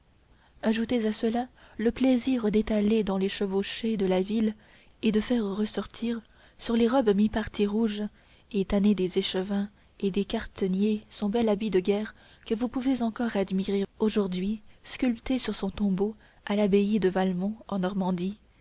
ajoutez à cela le plaisir d'étaler dans les chevauchées de la ville et de faire ressortir sur les robes mi parties rouge et tanné des échevins et des quarteniers son bel habit de guerre que vous pouvez encore admirer aujourd'hui sculpté sur son tombeau à l'abbaye de valmont en normandie